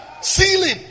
ceiling